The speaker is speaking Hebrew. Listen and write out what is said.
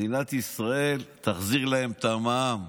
מדינת ישראל תחזיר להם את המע"מ.